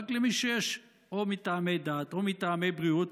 רק למי שיש או מטעמי דת או מטעמי בריאות.